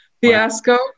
fiasco